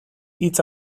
hitz